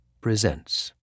presents